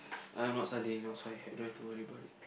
I'm not studying no so I don't have to worry about it